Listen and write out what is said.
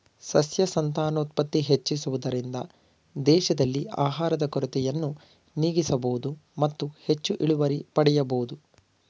ಸಸ್ಯ ಸಂತಾನೋತ್ಪತ್ತಿ ಹೆಚ್ಚಿಸುವುದರಿಂದ ದೇಶದಲ್ಲಿ ಆಹಾರದ ಕೊರತೆಯನ್ನು ನೀಗಿಸಬೋದು ಮತ್ತು ಹೆಚ್ಚು ಇಳುವರಿ ಪಡೆಯಬೋದು